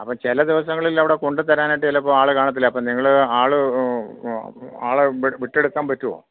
അപ്പം ചെല ദിവസങ്ങളിൽ അവിടെ കൊണ്ട് തരാനായിട്ട് ചിലപ്പോൾ ആൾ കാണത്തില്ല അപ്പം നിങ്ങൾ ആൾ ആൾ വിട്ടെടുക്കാൻ പറ്റുമോ